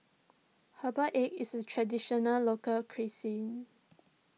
Herbal Egg is a Traditional Local Cuisine